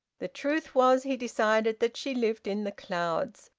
the truth was, he decided, that she lived in the clouds,